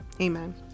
Amen